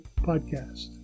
podcast